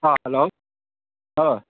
ꯑꯥ hello ꯑ